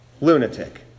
lunatic